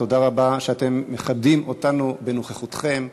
תודה רבה שאתם מכבדים אותנו בנוכחותכם,